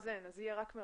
והשירות יהיה רק מרחוק,